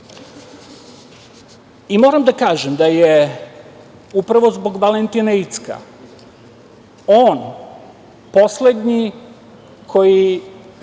Srbima. Moram da kažem, da je upravo zbog Valentina Incka, on poslednji koji